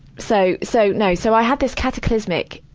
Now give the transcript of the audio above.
so, so. no. so i had this cataclysmic